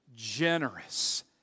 Generous